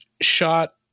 shot